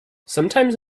sometimes